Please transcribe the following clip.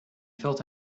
felt